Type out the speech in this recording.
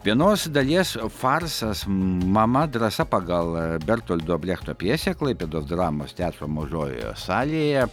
vienos dalies farsas mama drąsa pagal bertoldo brechto pjesę klaipėdos dramos teatro mažojoje salėje